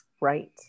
right